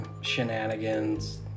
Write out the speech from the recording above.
Shenanigans